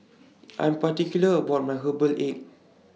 I'm particular about My Herbal Egg